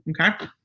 okay